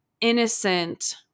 innocent